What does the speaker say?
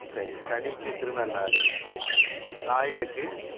சரி சனிக்கு திருநள்ளாறு ஞாயிறுக்கு